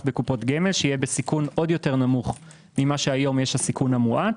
לקופות גמל שיהיה בסיכון עוד יותר נמוך ממה שיש היום הסיכון המועט,